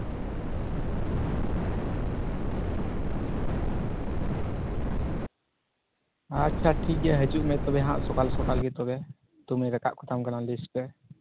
ᱟᱪᱪᱷᱟ ᱴᱷᱤᱠᱜᱮᱭᱟ ᱦᱟᱹᱡᱩᱜ ᱢᱮ ᱛᱚᱵᱮ ᱦᱟᱸᱜ ᱥᱚᱠᱟᱞ ᱥᱚᱠᱟᱞ ᱜᱮ ᱛᱚᱵᱮ ᱧᱩᱛᱩᱢᱤᱧ ᱨᱟᱠᱟᱵ ᱠᱟᱛᱟᱢ ᱠᱟᱱᱟ ᱞᱤᱥᱴ ᱨᱮ